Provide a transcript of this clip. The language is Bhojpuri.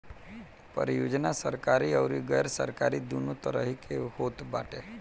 परियोजना सरकारी अउरी गैर सरकारी दूनो तरही के होत बाटे